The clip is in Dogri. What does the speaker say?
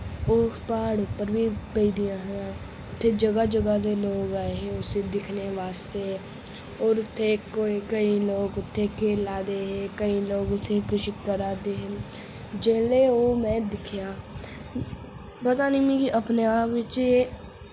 ओह् प्हाड़ उप्पर बी पेई दियां हां उत्थै जगह् जगह् दे लोक आए हे उस्सी दिक्खने वास्तै और उत्थै कोई केईं लोक खेढ़े दे हे केईं लोक उत्थै किश करा दे हे जेल्लै ओ में दिक्खेआ पता निं मिकी अपने आप बिच एह्